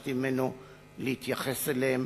שביקשתי ממנו להתייחס אליהם